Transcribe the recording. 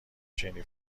شیرینی